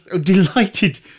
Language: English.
delighted